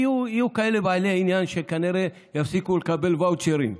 כי יהיו כאלה בעלי עניין שכנראה יפסיקו לקבל ואוצ'רים.